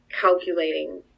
calculating